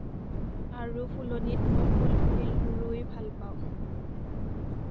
আৰু ফুলনিত মই ফুল পুলি ৰুই ভাল পাওঁ